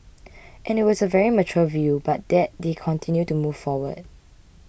and it was a very mature view but that they continue to move forward